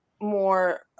more